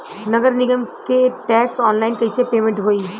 नगर निगम के टैक्स ऑनलाइन कईसे पेमेंट होई?